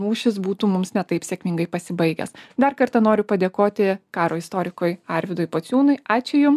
mūšis būtų mums ne taip sėkmingai pasibaigęs dar kartą noriu padėkoti karo istorikui arvydui pociūnui ačiū jum